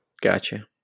Gotcha